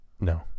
No